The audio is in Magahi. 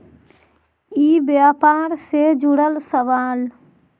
ई व्यापार से जुड़ल सवाल?